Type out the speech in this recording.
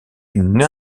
une